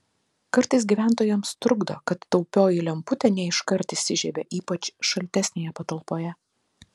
kartais gyventojams trukdo kad taupioji lemputė ne iškart įsižiebia ypač šaltesnėje patalpoje